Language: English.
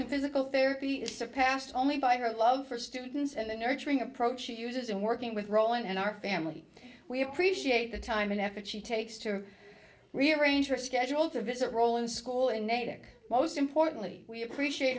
and physical therapy surpassed only by her love for students and the nurturing approach she uses in working with roland and our family we appreciate the time and effort she takes to rearrange her schedule to visit roland school in natick most importantly we appreciate